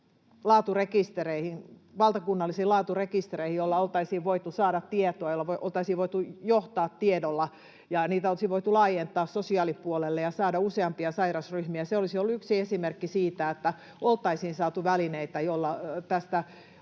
valtakunnallisiin laaturekistereihin, joilla oltaisiin voitu saada tietoa, oltaisiin voitu johtaa tiedolla, ja niitä oltaisiin voitu laajentaa sosiaalipuolelle ja saada useampia sairausryhmiä. Se olisi ollut yksi esimerkki siitä, että oltaisiin saatu välineitä, joilla tästä